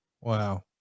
Wow